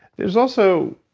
there's also,